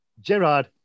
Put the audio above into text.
Gerard